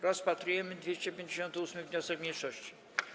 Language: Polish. Rozpatrujemy 258. wniosek mniejszości.